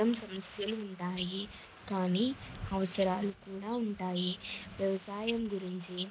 మొత్తం సమస్యలు ఉంటాయి కానీ అవసరాలు కూడా ఉంటాయి వ్యవసాయం గురించి